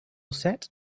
set